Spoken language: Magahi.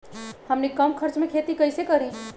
हमनी कम खर्च मे खेती कई से करी?